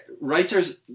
Writers